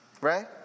right